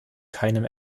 keinem